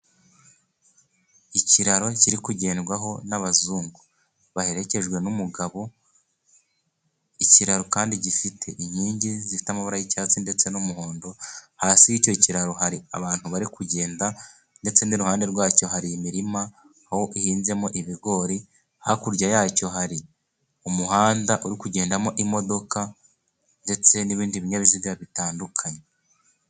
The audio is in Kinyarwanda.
Ikiraro kiri kugendwaho n'abazungu baherekejwe n'umugabo, ikiraro kandi gifite inkingi zifite amabara yi'cyatsi ndetse n'umuhondo, hasi y'icyo kiraro hari abantu bari kugenda ,ndetse n'iruhande rwacyo hari imirima aho ihinzemo ibigori, hakurya yacyo hari umuhanda uri kugendamo imodoka ,ndetse n'ibindi binyabiziga bitandukanye.